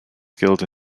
skilled